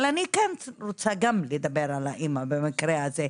אבל אני כן רוצה לדבר על האימא במקרה הזה,